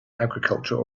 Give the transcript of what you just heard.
agriculture